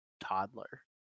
toddler